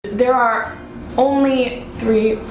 there are only three,